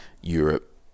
Europe